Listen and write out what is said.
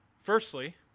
Firstly